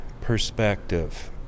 perspective